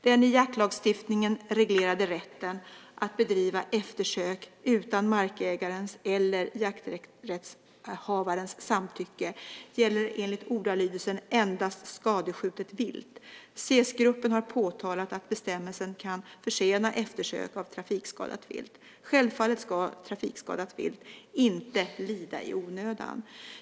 Den i jaktlagstiftningen reglerade rätten att bedriva eftersök utan markägarens eller jakträttshavarens samtycke gäller enligt ordalydelsen endast skadeskjutet vilt. SES-gruppen har påtalat att bestämmelsen kan försena eftersök av trafikskadat vilt. Självfallet ska trafikskadat vilt inte lida i onödan.